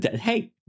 hey